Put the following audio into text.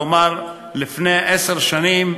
כלומר לפני עשר שנים,